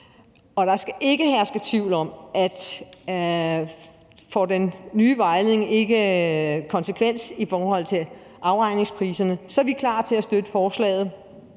der skal ikke herske tvivl om, at får den nye vejledning ikke konsekvens i forhold til afregningspriserne, så er vi klar til at støtte forslaget